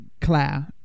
Claire